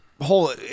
whole